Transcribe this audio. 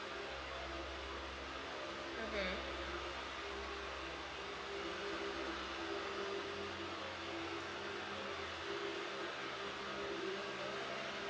mmhmm